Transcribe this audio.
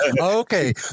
Okay